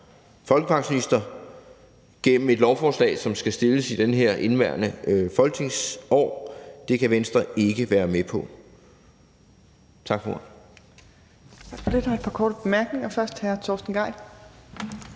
folkepensionister, gennem et lovforslag, som skal fremsættes i indeværende folketingsår, kan Venstre ikke være med på. Tak for ordet.